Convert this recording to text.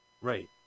right